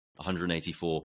184